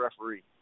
referee